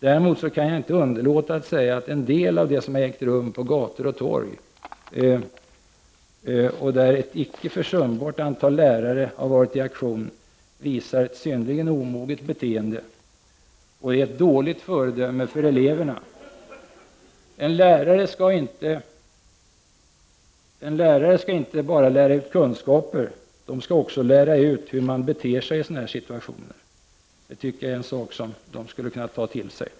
Däremot kan jag inte underlåta att säga att en del av det som har hänt på gator och torg — där ett icke försumbart antal lärare varit i aktion — visar på ett synnerligen omoget beteende. Det är ett dåligt föredöme för eleverna. En lärare skall inte bara lära ut kunskaper utan också lära ut hur man beter sig i sådana här situationer. Det tycker jag att lärarna skulle kunna ta till sig.